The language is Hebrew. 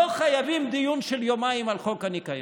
לא חייבים דיון של יומיים על חוק הניקיון.